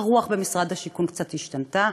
הרוח במשרד השיכון קצת השתנתה,